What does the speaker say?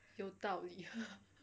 有道理